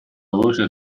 voce